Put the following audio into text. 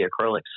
acrylics